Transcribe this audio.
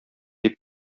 дип